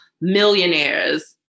millionaires